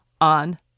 on